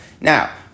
Now